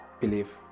believe